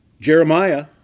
Jeremiah